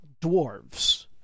dwarves